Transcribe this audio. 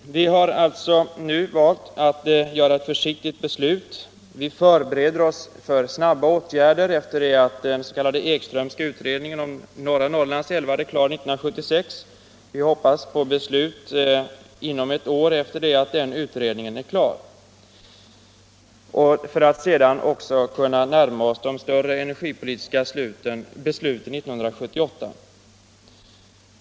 Vi har alltså nu valt att fatta ett försiktigt beslut — vi förbereder oss för snabba åtgärder efter det att den s.k. Ekströmska utredningen om norra Norrlands älvar är klar 1976. Vi hoppas på beslut inom ett år efter det att den utredningen är färdig för att sedan också kunna närma oss de större energipolitiska besluten 1978.